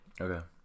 Okay